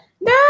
No